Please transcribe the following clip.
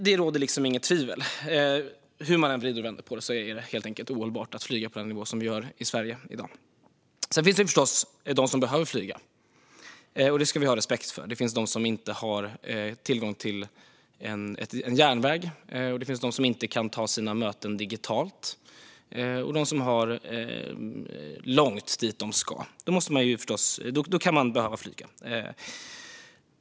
Det råder inget tvivel: Hur man än vänder och vrider på det är det helt enkelt ohållbart att flyga på den nivå som vi gör i Sverige i dag. Sedan finns det förstås de som behöver flyga, och det ska vi ha respekt för. Det finns de som inte har tillgång till järnväg, de som inte kan ta sina möten digitalt och de som har långt dit de ska. Då kan man behöva flyga.